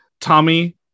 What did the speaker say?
Tommy